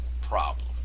problem